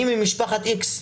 אני ממשפחת X,